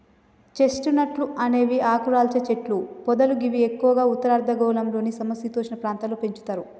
chest నట్లు అనేవి ఆకురాల్చే చెట్లు పొదలు గివి ఎక్కువగా ఉత్తర అర్ధగోళంలోని సమ శీతోష్ణ ప్రాంతాల్లో పెంచుతరు